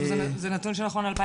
זה נתון שנכון ל-2019?